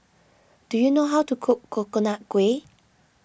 do you know how to cook Coconut Kuih